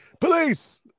police